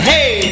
Hey